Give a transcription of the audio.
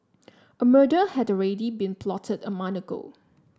a murder had already been plotted a month ago